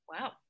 Wow